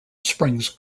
springs